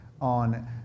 on